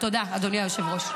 תודה, אדוני היושב-ראש.